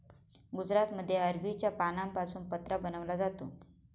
गुजरातमध्ये अरबीच्या पानांपासून पत्रा बनवला जातो